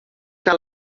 que